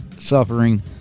suffering